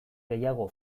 gehiago